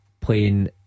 playing